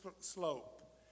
slope